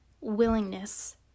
willingness